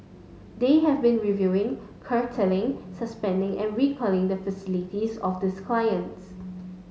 they have been reviewing curtailing suspending and recalling the facilities of these clients